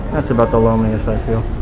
that's about the loneliness i feel.